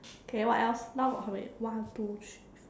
okay what else now got how many one two three